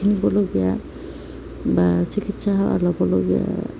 কিনিবলগীয়া বা চিকিৎসা সেৱা ল'বলগীয়া